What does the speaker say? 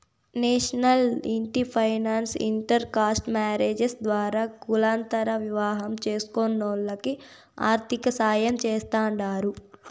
national ఇంటి finance inter caste marriages ద్వారా కులాంతర వివాహం చేస్కునోల్లకి ఆర్థికసాయం చేస్తాండారు